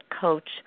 coach